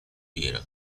byrne